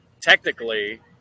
technically –